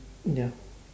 ya